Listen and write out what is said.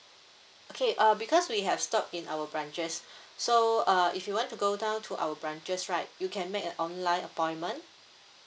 okay uh because we have stock in our branches so uh if you want to go down to our branches right you can make a online appointment